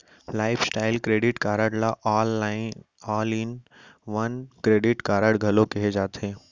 lifestyle credit card ल all in one credit card घलो केहे जाथे